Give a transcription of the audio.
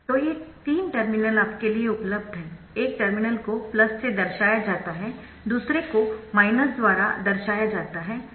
तो ये तीन टर्मिनल आपके लिए उपलब्ध हैं एक टर्मिनल को से दर्शाया जाता है दूसरे को द्वारा दर्शाया जाता है और यह आउटपुट है